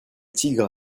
tigres